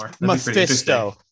Mephisto